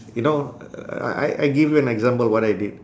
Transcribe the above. you know uh I I give you an example what I did